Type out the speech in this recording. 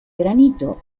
granito